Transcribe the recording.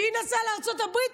שהיא נסעה לארצות הברית,